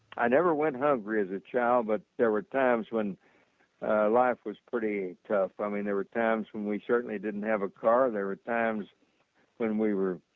i never went hungry as a child but there were times when life was pretty i mean there were times when we certainly didn't have a car, there were times when we were